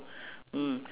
mm